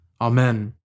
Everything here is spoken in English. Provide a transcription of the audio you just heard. Amen